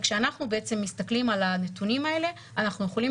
וכשאנחנו מסתכלים על הנתונים האלה אנחנו יכולים